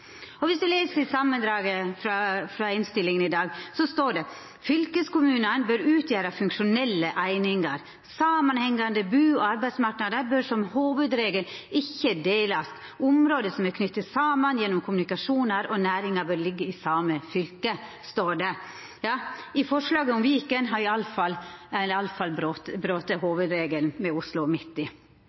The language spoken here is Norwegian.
regionen. Viss ein les samandraget i innstillinga i dag, står det: «Fylkeskommunane bør utgjere funksjonelle einingar. Samanhengande bu- og arbeidsmarknader bør som hovudregel ikkje delast. Område som er knytte saman gjennom kommunikasjonar og næringar, bør liggje i same fylke.» I forslaget om Viken har ein i alle fall brote hovudregelen med Oslo